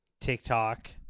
TikTok